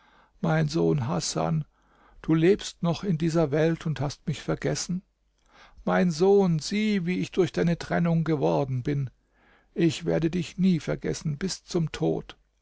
mein sohn hasan du lebst noch in dieser welt und hast mich vergessen mein sohn sieh wie ich durch deine trennung geworden bin ich werde dich nie vergessen bis zum tod